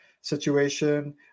situation